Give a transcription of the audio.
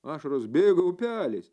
ašaros bėgo upeliais